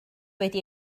wedi